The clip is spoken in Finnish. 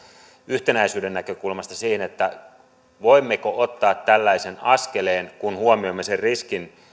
yhtenäisyyden näkökulmasta sen voimmeko ottaa tällaisen askeleen kun huomioimme riskin